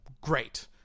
great